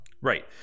Right